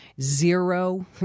zero